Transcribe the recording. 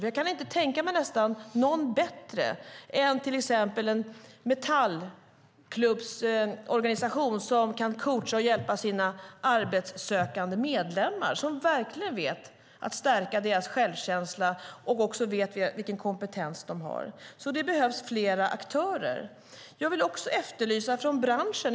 Jag kan nästan inte tänka mig någon bättre än till exempel en Metallklubbsorganisation som skulle kunna coacha och hjälpa sina arbetssökande medlemmar. De vet verkligen att stärka medlemmarnas självkänsla och, och de vet vilken kompetens de har. Det behövs fler aktörer.